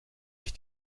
sich